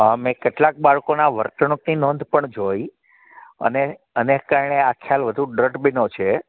અ મેં કેટલાક બાળકોના વર્તણૂકની નોંધ પણ જોઈ અને અને કંઈ આખીએ ડટ ભી નો છે